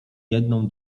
jedną